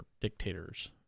Dictators